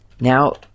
Now